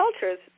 cultures